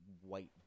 white